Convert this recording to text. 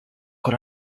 con